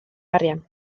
arian